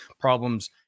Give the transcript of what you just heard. problems